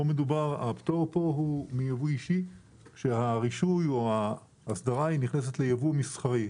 הפטור פה הוא מייבוא אישי כשהרישוי או האסדרה נכנסת ליבוא מסחרי.